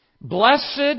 Blessed